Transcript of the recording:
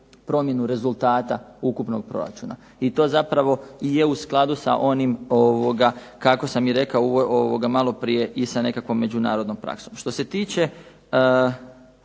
promjenu rezultata ukupnog proračuna". I to zapravo je u skladu kako sam rekao i malo prije sa međunarodnom praksom. Što se tiče